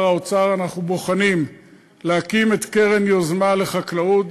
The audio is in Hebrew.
האוצר אנחנו בוחנים להקים את קרן יוזמה לחקלאות,